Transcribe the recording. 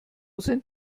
sind